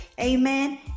Amen